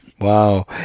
wow